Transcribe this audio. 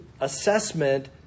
assessment